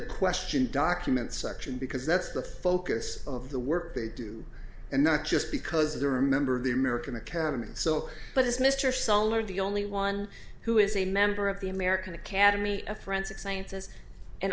questioned document section because that's the focus of the work they do and not just because they're a member of the american academy so but as mr saul are the only one who is a member of the american academy of forensic scientists and